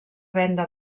venda